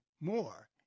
more